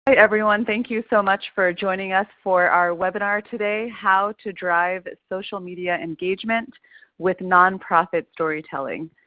everyone. thank you so much for joining us for our webinar today, how to drive social media engagement with nonprofit storytelling.